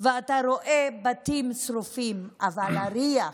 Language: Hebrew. ואתה רואה בתים שרופים: הריח,